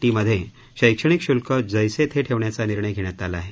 T मध्ये शैक्षणिक शुल्क जैसे थे ठेवण्याचा निर्णय घेण्यात आला आहे